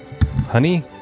honey